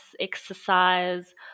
exercise